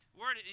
word